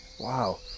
Wow